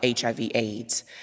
HIV-AIDS